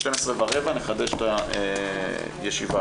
הישיבה